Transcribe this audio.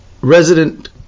resident